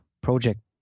project